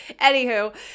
Anywho